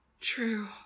True